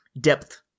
depth